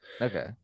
Okay